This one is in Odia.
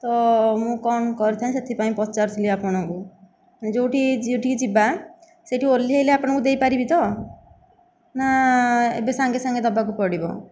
ତ ମୁଁ କ'ଣ କରିଥାଆନ୍ତି ସେଥିପାଇଁ ପଚାରୁଥିଲି ଆପଣଙ୍କୁ ଯେଉଁଠି ଯେଉଁଠିକି ଯିବା ସେଇଠି ଓଲ୍ହେଇଲେ ଆପଣଙ୍କୁ ଦେଇପାରିବି ତ ନା ଏବେ ସାଙ୍ଗେ ସାଙ୍ଗେ ଦେବାକୁ ପଡ଼ିବ